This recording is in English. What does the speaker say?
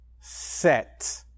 set